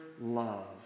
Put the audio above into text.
love